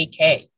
ak